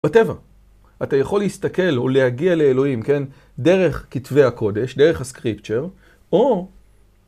בטבע, אתה יכול להסתכל או להגיע לאלוהים, כן, דרך כתבי הקודש, דרך הscript-share, או...